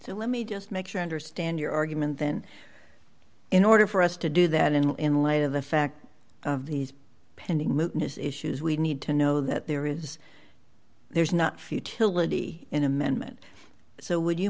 so let me just make sure i understand your argument then in order for us to do that in light of the fact of these pending issues we need to know that there is there's not futility in amendment so would you